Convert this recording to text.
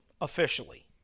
officially